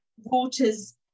water's